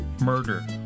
murder